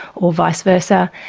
or vice versa,